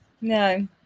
no